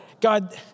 God